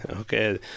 Okay